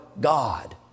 God